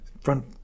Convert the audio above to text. front